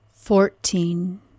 Fourteen